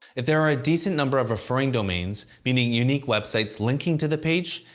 if there are a decent number of referring domains, meaning, unique websites linking to the page,